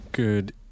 Good